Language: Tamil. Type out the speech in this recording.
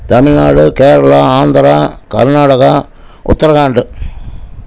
தமிழ்நாடு கேரளா ஆந்தரா கர்நாடகா உத்தரகாண்டு